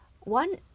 One